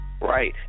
Right